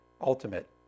Ultimate